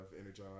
energized